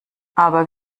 aber